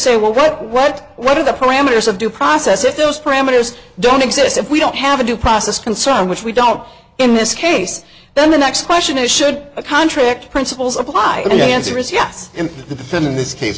say what what what what are the parameters of due process if those parameters don't exist if we don't have a due process concern which we don't in this case then the next question is should a contract principles apply to the answer is yes in the film in this case